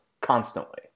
constantly